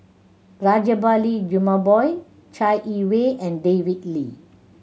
Rajabali Jumabhoy Chai Yee Wei and David Lee